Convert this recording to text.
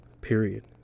Period